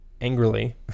angrily